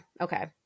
okay